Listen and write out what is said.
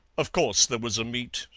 of course there was a meet,